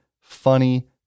funny